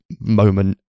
moment